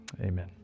Amen